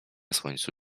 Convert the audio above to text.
słońcu